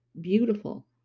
beautiful